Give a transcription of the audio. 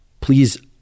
Please